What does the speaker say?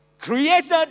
Created